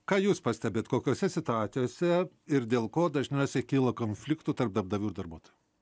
ką jūs pastebit kokiose situacijose ir dėl ko dažniausiai kyla konfliktų tarp darbdavių ir darbuotojų